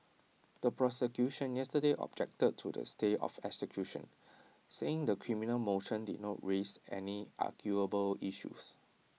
the prosecution yesterday objected to the stay of execution saying the criminal motion did not raise any arguable issues